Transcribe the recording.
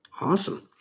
Awesome